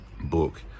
book